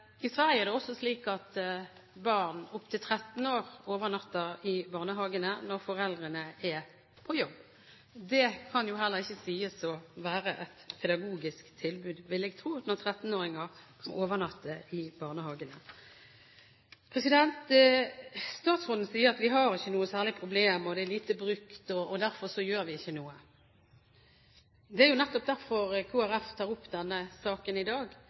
i Sverige er det også slik at barn opp til 13 år overnatter i barnehagene når foreldrene er på jobb. Det kan jo heller ikke sies å være et pedagogisk tilbud, vil jeg tro, at 13-åringer overnatter i barnehagene. Statsråden sier at vi har ikke noen særlig problemer, og at det er lite brukt, og derfor gjør vi ikke noe. Det er jo nettopp derfor Kristelig Folkeparti tar opp denne saken i dag.